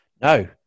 No